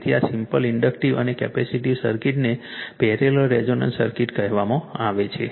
તેથી આ simple inductive અને કેપેસિટિવ સર્કિટને પેરેલલ રેઝોનન્સ સર્કિટ કહેવામાં આવે છે